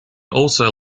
also